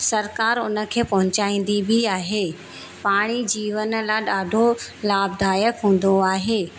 सरकार उन खे पहुचाईंदी बि आहे पाणी जीवन लाइ ॾाढो लाभदायक हूंदो आहे